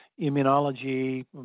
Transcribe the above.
immunology